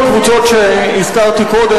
בשם הקבוצות שהזכרתי קודם,